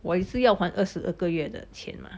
我一次要还二十二个月的钱吗